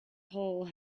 hole